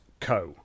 co